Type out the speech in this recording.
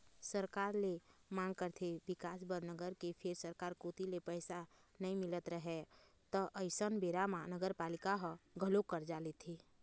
सरकार ले मांग करथे बिकास बर नगर के फेर सरकार कोती ले पइसा नइ मिलत रहय त अइसन बेरा म नगरपालिका ह घलोक करजा लेथे